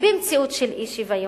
במציאות של אי-שוויון,